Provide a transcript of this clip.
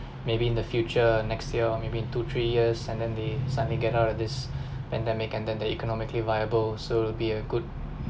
maybe in the future next year or maybe in two three years and then they suddenly get out of this pandemic and then the economically viable so it'll be a good